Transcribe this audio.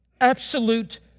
absolute